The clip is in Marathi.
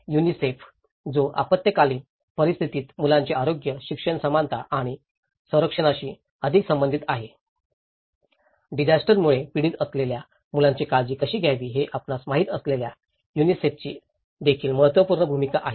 युनिसेफ जो आपत्कालीन परिस्थितीत मुलांचे आरोग्य शिक्षण समानता आणि संरक्षणाशी अधिक संबंधित आहे डिजास्टरमुळे पीडित असलेल्या मुलांची काळजी कशी घ्यावी हे आपणास माहित असलेल्या युनिसेफची देखील महत्त्वपूर्ण भूमिका आहे